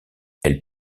elle